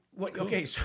Okay